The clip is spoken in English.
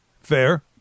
Fair